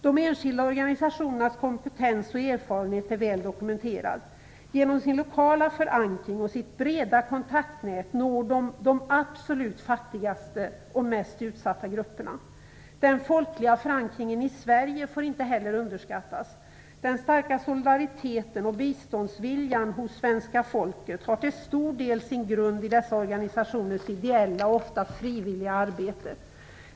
De enskilda organisationernas kompetens och erfarenhet är väl dokumenterade. Genom sin lokala förankring och sitt breda kontaktnät nås de absolut fattigaste och mest utsatta grupperna. Den folkliga förankringen i Sverige får inte heller underskattas. Den starka solidariteten och biståndsviljan hos svenska folket har till stor del sin grund i dessa organisationers ideella och ofta frivilliga arbete.